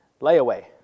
layaway